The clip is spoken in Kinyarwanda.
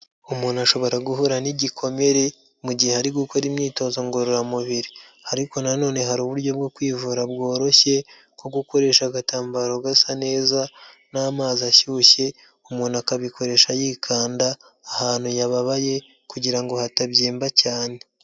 Umuntu ashobora guhura n'igikomere, mu gihe ari gukora imyitozo ngororamubiri, ariko nanone hari uburyo bwo kwivura bworoshye, nko gukoresha agatambaro gasa neza n'amazi ashyushye, umuntu akabikoresha yikanda, ahantu yababaye kugira ngo hatabyimba cyane.